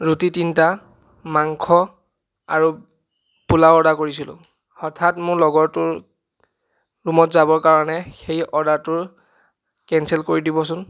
ৰুটি তিনিটা মাংস আৰু পোলাও অৰ্ডাৰ কৰিছিলোঁ হঠাৎ মোৰ লগৰটোৰ ৰুমত যাবৰ কাৰণে সেই অৰ্ডাৰটোৰ কেনচেল কৰি দিবচোন